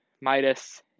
Midas